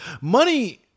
money